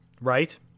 right